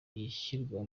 ishyirwa